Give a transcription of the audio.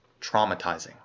traumatizing